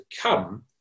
come